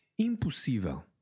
Impossível